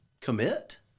commit